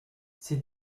ses